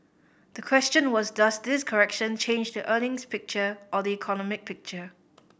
the question was does this correction change the earnings picture or the economic picture